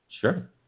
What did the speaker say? Sure